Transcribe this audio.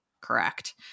correct